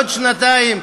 בעוד שנתיים,